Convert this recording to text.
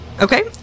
Okay